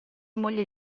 moglie